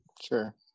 Sure